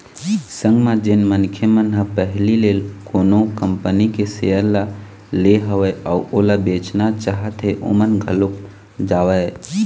संग म जेन मनखे मन ह पहिली ले कोनो कंपनी के सेयर ल ले हवय अउ ओला बेचना चाहत हें ओमन घलोक जावँय